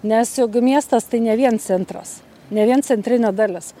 nes juk miestas tai ne vien centras ne vien centrinė dalis